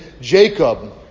Jacob